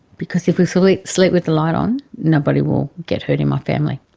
because if we sleep sleep with the light on nobody will get hurt in my family.